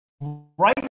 right